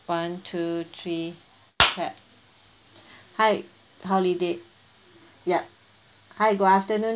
one two three clap hi holiday ya hi good afternoon